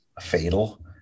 fatal